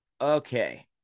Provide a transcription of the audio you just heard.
okay